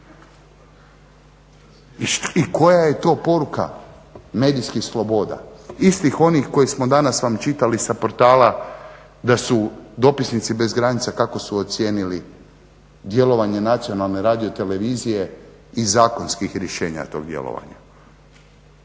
I koja je to poruka medijskih sloboda, istih onih koje smo danas vam čitali sa portala da su dopisnici bez granica kako su ocijenili djelovanje nacionalne radiotelevizije i zakonskih rješenja tog djelovanja.